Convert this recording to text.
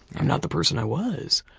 i'm not the person i was!